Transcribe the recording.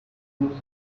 the